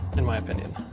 in my opinion.